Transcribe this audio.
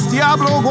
Diablo